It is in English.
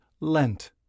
Lent